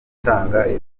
bitandukanye